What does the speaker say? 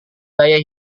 gaya